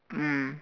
mm